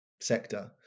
sector